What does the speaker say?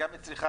גם אצלך,